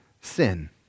sin